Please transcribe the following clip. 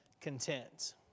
content